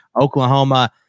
oklahoma